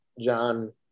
John